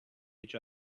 each